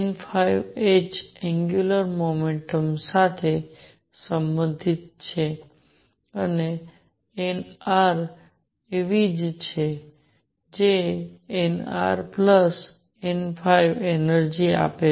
n phi h angular momentum સાથે સંબંધિત છે અને n r એવી છે કે n r plus n phi energy આપે છે